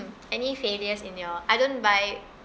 any failures in your I don't buy